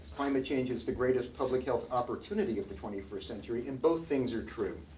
climate change is the greatest public health opportunity of the twenty first century. and both things are true.